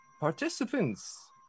participants